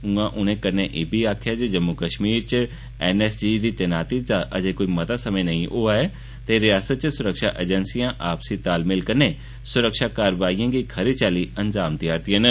उआं उनें कन्नै इब्बी आखेआ जे जम्मू कश्मीर च एन एस जी दी तैनाती दा अजें कोई मता समें नेई होआ ऐ ते रिआसता च सुरक्षा एजेंसिआं आपसी तालमेल कन्नै सुरक्षा कार्रवाईएं गी खरी चाल्ली अंजाम देआ ' रदिआं न